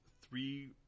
three